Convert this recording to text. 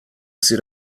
set